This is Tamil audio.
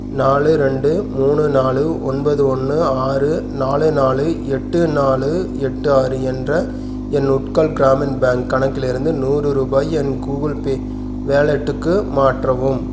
நாலு ரெண்டு மூணு நாலு ஒன்பது ஒன்று ஆறு நாலு நாலு எட்டு நாலு எட்டு ஆறு என்ற என் உட்கல் கிராமின் பேங்க் கணக்கிலிருந்து நூறு ரூபாயை என் கூகுள் பே வாலெட்டுக்கு மாற்றவும்